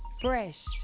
Fresh